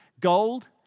Gold